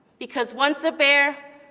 because once a bear,